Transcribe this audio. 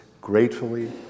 gratefully